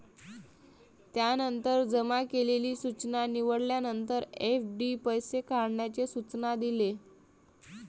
त्यानंतर जमा केलेली सूचना निवडल्यानंतर, एफ.डी पैसे काढण्याचे सूचना दिले